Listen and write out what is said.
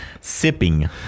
sipping